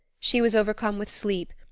she was overcome with sleep,